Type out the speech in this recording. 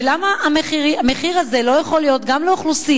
ולמה המחיר הזה לא יכול להיות גם לאוכלוסייה